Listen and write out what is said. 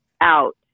out